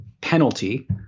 penalty